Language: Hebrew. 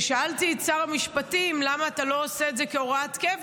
כששאלתי את שר המשפטים: למה אתה לא עושה את זה כהוראת קבע?